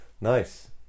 nice